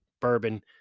bourbon